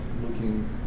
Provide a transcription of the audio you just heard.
looking